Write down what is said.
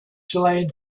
chilean